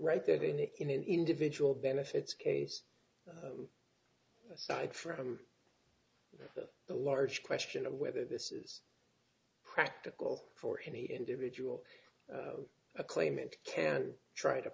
right that in the individual benefits case aside from the large question of whether this is practical for any individual a claimant can try to